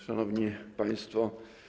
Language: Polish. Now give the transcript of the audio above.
Szanowni Państwo!